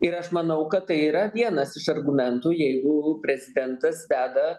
ir aš manau kad tai yra vienas iš argumentų jeigu prezidentas veda